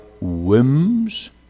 whims